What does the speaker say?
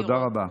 תודה רבה.